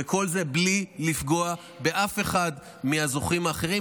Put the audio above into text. וכל זה בלי לפגוע באף אחד מהזוכים האחרים,